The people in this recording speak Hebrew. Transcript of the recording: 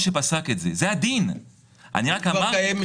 זאת הנקודה העמומה כי קיבלנו גם